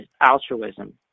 altruism